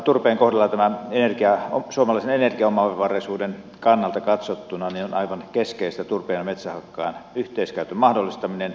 turpeen kohdalla tämän suomalaisen energiaomavaraisuuden kannalta katsottuna on aivan keskeistä turpeen ja metsähakkeen yhteiskäytön mahdollistaminen